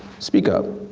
speak up,